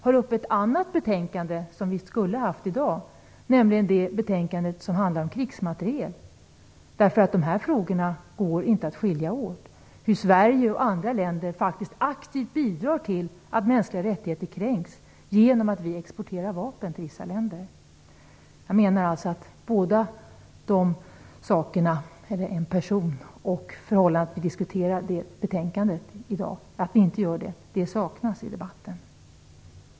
Jag beklagar att vi inte på samma gång som vi diskuterar mänskliga rättigheter kan behandla det betänkandet, därför att dessa frågor går inte att skilja åt. Sverige och andra länder bidrar faktiskt aktivt till att mänskliga rättigheter kränks genom att vi exporterar vapen till vissa länder. Jag saknar dessa två saker i debatten.